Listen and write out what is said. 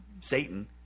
satan